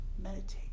meditate